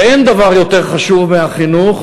שאין דבר יותר חשוב מהחינוך,